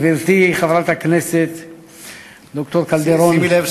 גברתי חברת הכנסת ד"ר קלדרון,